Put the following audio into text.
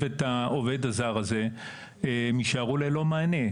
את העובד הזר הזה והן יישארו ללא מענה.